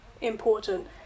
important